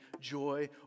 joy